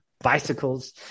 bicycles